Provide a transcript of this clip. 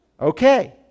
Okay